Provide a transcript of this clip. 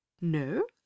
no